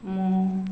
ମୁଁ